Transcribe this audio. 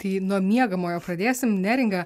tai nuo miegamojo pradėsim neringa